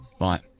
Right